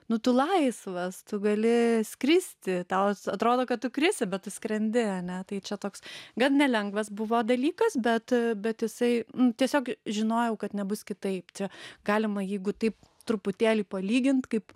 nu tu laisvas tu gali skristi tau atrodo kad tu krisi bet tu skrendi ane tai čia toks gan nelengvas buvo dalykas bet bet jisai tiesiog žinojau kad nebus kitaip čia galima jeigu taip truputėlį palygint kaip